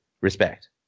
respect